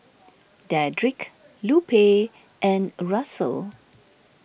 Dedrick Lupe and Russell